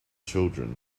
children